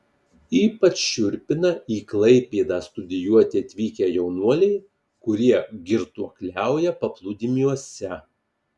ypač šiurpina į klaipėdą studijuoti atvykę jaunuoliai kurie girtuokliauja paplūdimiuose